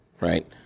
right